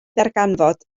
ddarganfod